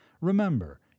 remember